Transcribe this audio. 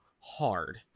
hard